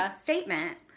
statement